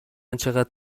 چقد